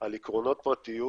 על עקרונות פרטיות